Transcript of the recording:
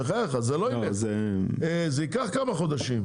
בחייך, זה לא יילך, זה ייקח כמה חודשים.